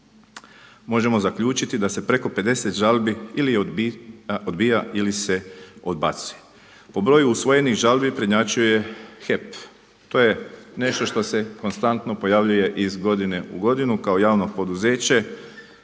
Možemo zaključiti da se preko 50 žalbi ili se odbija ili se odbacuje. Po broju usvojenih žalbi prednjačuje HEP. To je nešto što se konstantno pojavljuje iz godine u godinu kao javno poduzeće